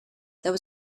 there